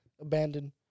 Abandoned